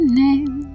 name